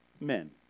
men